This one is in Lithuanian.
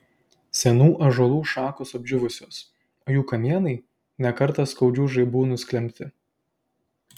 senų ąžuolų šakos apdžiūvusios o jų kamienai ne kartą skaudžių žaibų nusklembti